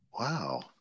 Wow